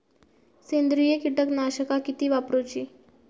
सेंद्रिय कीटकनाशका किती वापरूची?